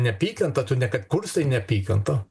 neapykanta tu ne kad kurstai neapykantą